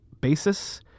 Basis